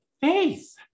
Faith